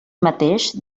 mateix